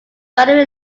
boundary